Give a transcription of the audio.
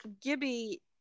Gibby